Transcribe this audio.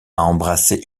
embrasser